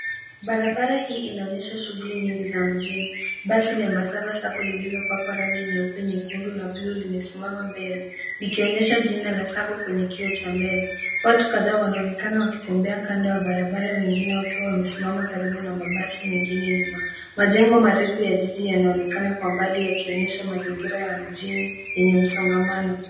Barabara hii inaonyesha shughuli nyingi za mjini. Basi la Embasava Sacco lililopakwa rangi nyeupe, nyekundu na buluu limesimama mbele, likionyesha jina la Sacco kwenye kioo cha mbele. Watu kadhaa wanaonekana wakitembea kando ya barabara, wengine wakiwa wamesimama karibu na mabasi mengine nyuma. Majengo marefu ya jiji yanaonekana kwa mbali, yakionyesha mazingira ya mjini yenye msongamano.